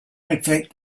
effect